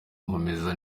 nkomeza